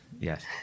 Yes